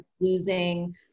losing